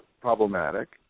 problematic